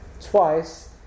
twice